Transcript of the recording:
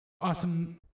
awesome